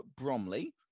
Bromley